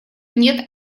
нет